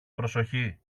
προσοχή